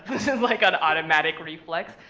like an automatic reflex,